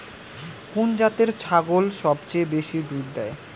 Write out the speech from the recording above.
কুন জাতের ছাগল সবচেয়ে বেশি দুধ দেয়?